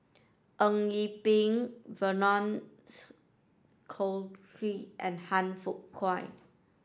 Eng Yee Peng Vernon Cornelius and Han Fook Kwang